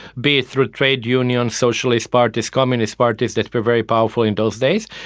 be it through trade unions, socialist parties, communist parties that were very powerful in those days.